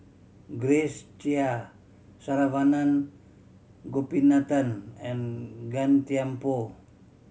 Grace Chia Saravanan Gopinathan and Gan Thiam Poh